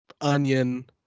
onion